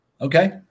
Okay